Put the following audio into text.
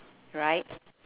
right